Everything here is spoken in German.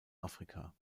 afrika